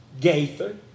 Gaither